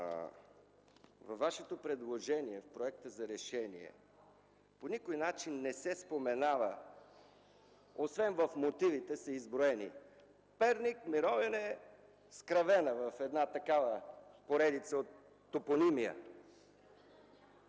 Във Вашето предложение, в проекта за решение по никой начин не се споменава, освен че в мотивите са изброени Перник, Мировяне, Скравена – една поредица от топонимия